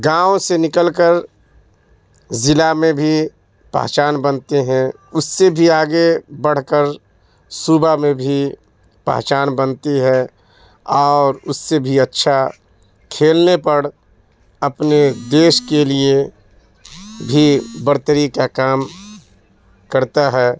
گاؤں سے نکل کر ضلع میں بھی پہچان بنتے ہیں اس سے بھی آگے بڑھ کر صوبہ میں بھی پہچان بنتی ہے اور اس سے بھی اچھا کھیلنے پر اپنے دیش کے لیے بھی برتری کا کام کرتا ہے